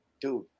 dude